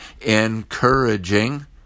encouraging